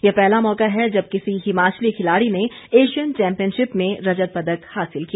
ये पहला मौका है जब किसी हिमाचली खिलाड़ी ने एशियन चैम्पियनशिप में रजत पदक हासिल किया